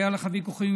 היו לך ויכוחים,